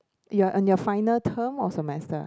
you're on your final term or semester